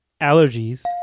allergies